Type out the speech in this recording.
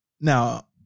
now